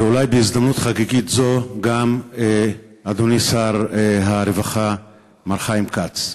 ואולי בהזדמנות חגיגית זו גם אדוני שר הרווחה מר חיים כץ,